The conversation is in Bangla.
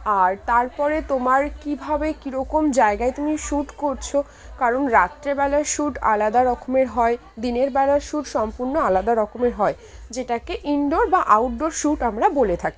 আর তার পরে তোমার কীভাবে কীরকম জায়গায় তুমি শ্যুট করছ কারণ রাত্রেবেলার শ্যুট আলাদা রকমের হয় দিনের বেলার শ্যুট সম্পূর্ণ আলাদা রকমের হয় যেটাকে ইনডোর বা আউটডোর শ্যুট আমরা বলে থাকি